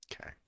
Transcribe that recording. Okay